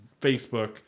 Facebook